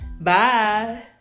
Bye